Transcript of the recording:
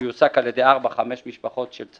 שבו יועסקו ארבע-חמש משפחות מיוצאי